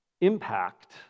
impact